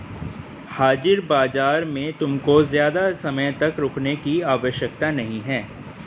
हाजिर बाजार में तुमको ज़्यादा समय तक रुकने की आवश्यकता नहीं है